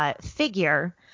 figure